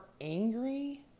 angry